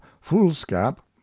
foolscap